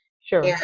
Sure